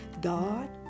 God